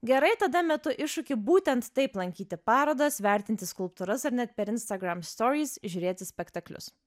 gerai tada metu iššūkį būtent taip lankyti parodas vertinti skulptūras ar net per instagram storys žiūrėti spektaklius